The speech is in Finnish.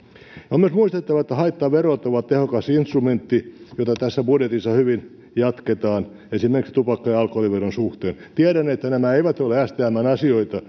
myös muistettava että haittaverot ovat tehokas instrumentti jota tässä budjetissa hyvin jatketaan esimerkiksi tupakka ja alkoholiveron suhteen tiedän että nämä eivät ole stmn asioita